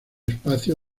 espacio